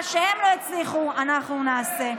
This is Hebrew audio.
מה שהם לא הצליחו אנחנו נעשה.